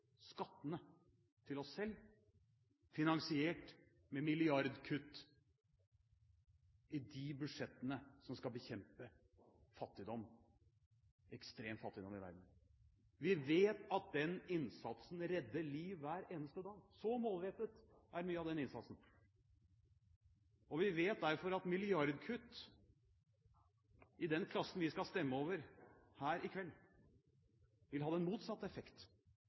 skattene til oss selv, finansiert med milliardkutt i de budsjettene som skal bekjempe fattigdom, ekstrem fattigdom, i verden. Vi vet at den innsatsen redder liv hver eneste dag. Så målrettet er mye av den innsatsen. Vi vet derfor at milliardkutt i den klassen vi skal stemme over her i kveld, vil ha den motsatte effekt.